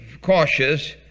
cautious